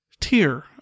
tier